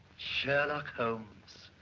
sherlock holmes,